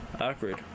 awkward